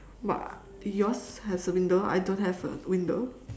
but yours has a window I don't have a window